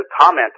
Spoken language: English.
comment